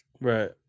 Right